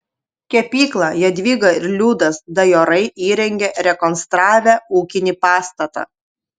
kepyklą jadvyga ir liudas dajorai įrengė rekonstravę ūkinį pastatą